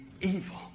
evil